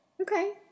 Okay